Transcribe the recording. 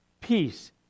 Peace